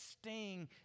sting